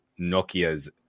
Nokia's